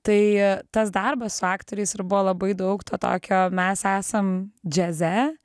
tai a tas darbas su aktoriais ir buvo labai daug to tokio mes esam džiaze